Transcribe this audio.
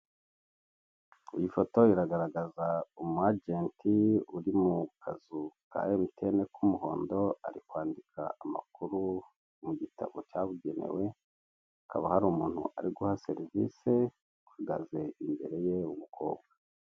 Iyi foto iragaragaza umu ajenti uri ku kazu ka emutiyene k'umuhondo, ari kwandika amakuru mu gitabo cyabugenewe, hakaba hari umuntu ari guha serivise, ahagaze imbere ye, w'umukobwa.